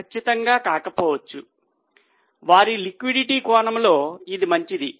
ఖచ్చితంగా కాకపోవచ్చు వారి లిక్విడిటీ కోణంలో ఇది మంచిది